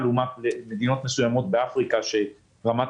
לעומת מדינות מסוימות באפריקה שבהן רמת